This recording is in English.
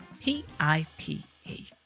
P-I-P-E